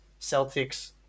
Celtics